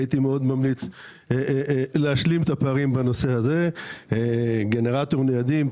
הייתי ממליץ להשלים את הפערים בנושא של גנרטורים ניידים,